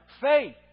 faith